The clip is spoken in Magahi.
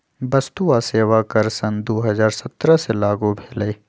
वस्तु आ सेवा कर सन दू हज़ार सत्रह से लागू भेलई